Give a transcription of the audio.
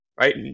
Right